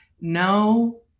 No